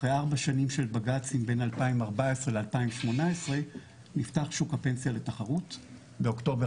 אחרי 4 שנים של בג"צים בין 2014 ל- 2018 נפתח שוק הפנסיה לתחרות באוקטובר